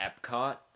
Epcot